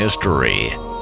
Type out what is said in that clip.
History